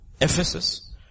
Ephesus